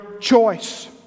choice